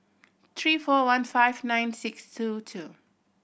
three four one five nine six two two